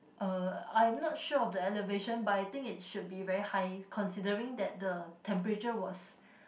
uh I'm not sure of the elevation but I think it should be very high considering that the temperature was